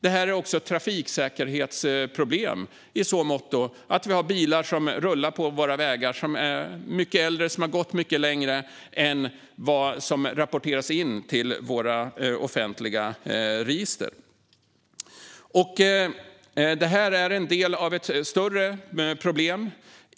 Detta är också ett trafiksäkerhetsproblem i så måtto att vi har bilar som rullar på våra vägar som är mycket äldre och som har gått mycket längre än vad som rapporteras in till våra offentliga register. Det här är en del av ett större problem.